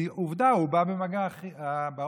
כי עובדה, באוטובוס